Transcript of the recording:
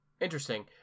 Interesting